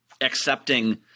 accepting